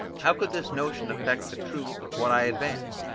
how could this notion affect the truth of what i advance,